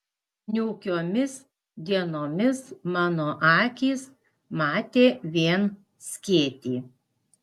niūkiomis dienomis mano akys matė vien skėtį